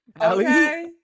Okay